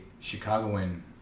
Chicagoan